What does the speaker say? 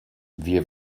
wir